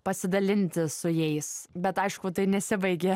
pasidalinti su jais bet aišku tai nesibaigė